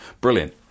brilliant